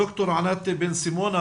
ד"ר ענת בן סימון,